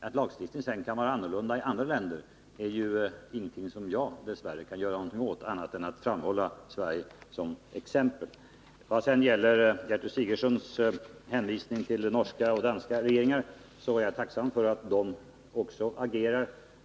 Att lagstiftningen sedan kan vara annorlunda i andra länder är ju, dess värre, ingenting som jag kan göra någonting åt annat än genom att framhålla Sverige som exempel. Gertrud Sigurdsen hänvisade till den norska och den danska regeringen, och jag är tacksam för att också de agerar.